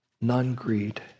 non-greed